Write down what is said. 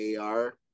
AR